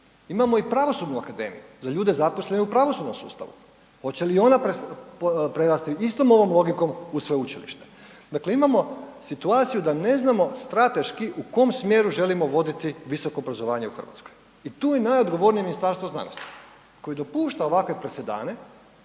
Imamo i Pravosudnu akademiju za ljude zaposlene u pravosudnom sustavu. Hoće li i ona prerasti istom ovom logikom u sveučilište? Dakle imamo situaciju da ne znamo strateški u kom smjeru želimo voditi visoko obrazovanje u Hrvatskoj. I tu je najodgovornije Ministarstvo znanosti koji dopušta ovakve presedane